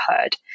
heard